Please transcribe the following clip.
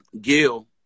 Gil